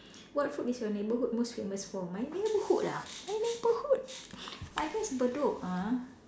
what food is your neighbourhood most famous for my neighbourhood ah my neighbourhood I guess Bedok ah